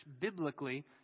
biblically